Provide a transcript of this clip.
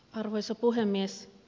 arvoisa puhemies